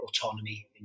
autonomy